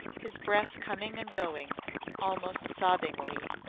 his breath coming and going almost sobbingly,